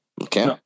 okay